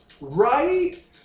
Right